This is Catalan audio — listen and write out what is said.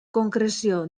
concreció